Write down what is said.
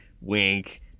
wink